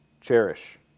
Cherish